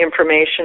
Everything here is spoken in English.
information